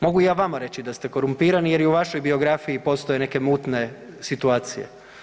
Mogu ja vama reći da ste korumpirani, jer i u vašoj biografiji postoje neke mutne situacije.